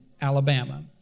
Alabama